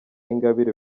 ingabire